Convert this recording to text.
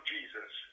Jesus